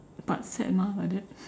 but sad mah like that